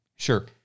Sure